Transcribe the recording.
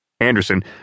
Anderson